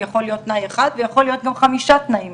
זה יכול להיות תנאי אחד וזה יכול גם להיות חמישה תנאים,